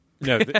No